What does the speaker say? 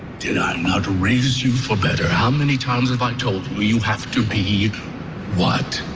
did i not raise you for better? how many times have i told you, you have to be what?